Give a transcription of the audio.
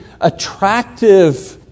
attractive